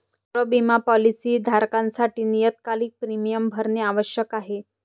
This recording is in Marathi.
सर्व बिमा पॉलीसी धारकांसाठी नियतकालिक प्रीमियम भरणे आवश्यक आहे